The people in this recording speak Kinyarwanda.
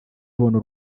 ibona